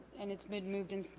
and it's been moved and